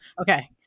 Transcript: okay